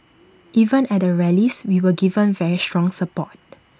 even at the rallies we were given very strong support